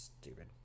stupid